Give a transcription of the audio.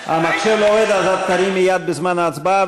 המחשב לא עובד, אז תרימי יד בזמן ההצבעה.